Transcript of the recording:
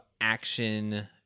action